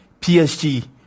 PSG